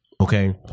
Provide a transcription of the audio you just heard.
okay